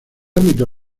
ámbito